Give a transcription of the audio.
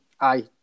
aye